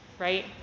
Right